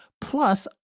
plus